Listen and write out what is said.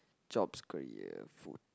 jobs career food